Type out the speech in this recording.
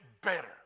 better